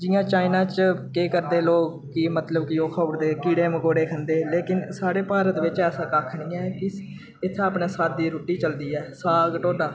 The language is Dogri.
जियां चाइना च केह् करदे लोग कि मतलब कि ओह् खाउड़दे कीड़े मकोड़े खंदे लेकिन स्हाड़े भारत बिच्च ऐसा कक्ख नि ऐ इत्थे अपने सादी रुट्टी चलदी ऐ साग टोड्डा